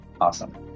Awesome